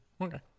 Okay